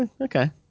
Okay